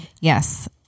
Yes